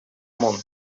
мун